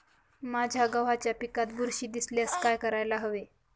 माझ्या गव्हाच्या पिकात बुरशी दिसल्यास काय करायला हवे?